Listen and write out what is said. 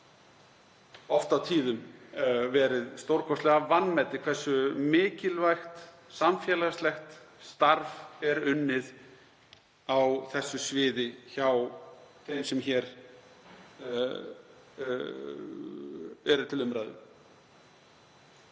oft og tíðum verið stórkostlega vanmetið hversu mikilvægt samfélagslegt starf er unnið á þessu sviði hjá þeim sem hér eru til umræðu.